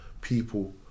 people